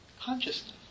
consciousness